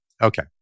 Okay